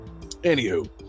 anywho